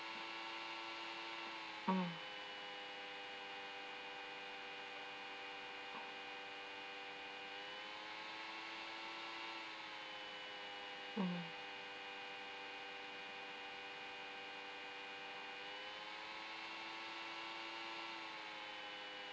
mm mm